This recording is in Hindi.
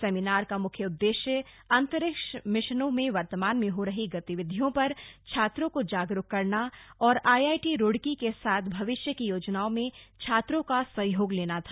सेमिनार का मुख्य उद्देश्य अंतरिक्ष मिशनों में वर्तमान में हो रही गतिविधियों पर छात्रों को जागरूक करना और आईआईटी रुड़की के साथ भविष्य की योजनाओं में छात्रों का सहयोग लेना था